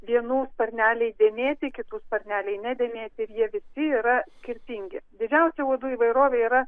vienų sparneliai dėmėti kitų sparneliai nedėmėti ir jie visi yra skirtingi didžiausia uodų įvairovė yra